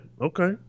Okay